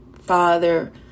father